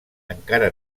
encara